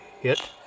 hit